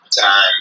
time